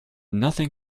nothing